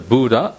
Buddha